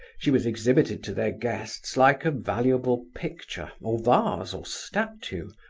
she was exhibited to their guests like a valuable picture, or vase, or statue,